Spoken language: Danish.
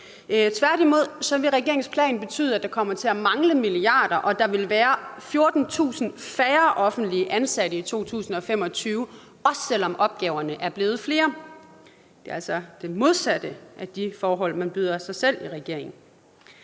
Tværtimod vil regeringens plan betyde, at der kommer til at mangle milliarder, og at der vil være 14.000 færre offentligt ansatte i 2025, også selv om opgaverne er blevet flere. Det er altså det modsatte af de forhold, man byder sig selv i regeringen.